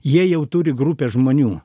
jie jau turi grupę žmonių